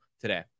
today